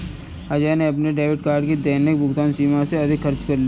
अजय ने अपने debit card की दैनिक भुगतान सीमा से अधिक खर्च कर दिया